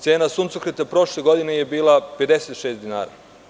Cena suncokreta prošle godine je bila 56 dinara.